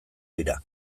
dira